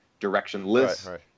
directionless